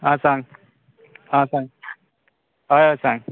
आं सांग आं सांग हय हय सांग